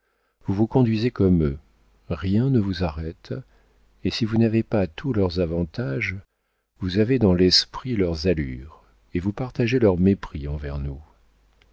vous vous conduisez comme eux rien ne vous arrête et si vous n'avez pas tous les avantages vous avez dans l'esprit leurs allures et vous partagez leur mépris envers nous